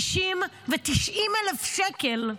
60,000 ו-90,000 שקל.